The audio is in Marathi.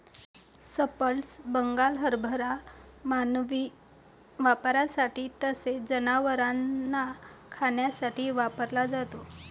स्प्लिट बंगाल हरभरा मानवी वापरासाठी तसेच जनावरांना खाण्यासाठी वापरला जातो